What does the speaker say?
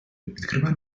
відкриває